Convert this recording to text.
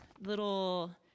little